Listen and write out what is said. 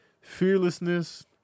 fearlessness